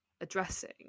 addressing